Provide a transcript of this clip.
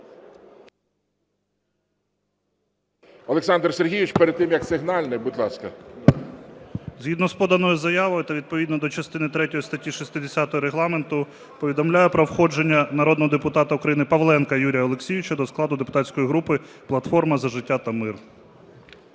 Олександр Сергійович, перед тим як сигнальне, будь ласка. 10:11:15 КОРНІЄНКО О.С. Згідно з поданої заяви та відповідно до частини третьої статті 60 Регламенту повідомляю про входження народного депутата України Павленка Юрія Олексійовича до складу депутатської групи "Платформа за життя та мир".